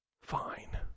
fine